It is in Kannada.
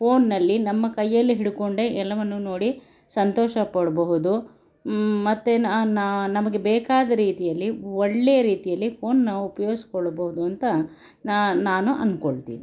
ಫೋನ್ನಲ್ಲಿ ನಮ್ಮ ಕೈಯ್ಯಲ್ಲಿ ಹಿಡ್ಕೊಂಡೆ ಎಲ್ಲವನ್ನೂ ನೋಡಿ ಸಂತೋಷಪಡಬಹುದು ಮತ್ತೆ ನಮಗೆ ಬೇಕಾದ ರೀತಿಯಲ್ಲಿ ಒಳ್ಳೆಯ ರೀತಿಯಲ್ಲಿ ಫೋನ್ನಾ ಉಪಯೋಗಿಸಿಕೊಳ್ಬೋದು ಅಂತ ನಾನು ನಾನು ಅಂದ್ಕೊಳ್ತೀನಿ